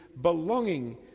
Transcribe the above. belonging